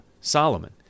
Solomon